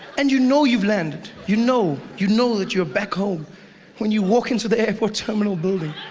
and you know you've landed, you know you know that your back home when you walk into the airport terminal building.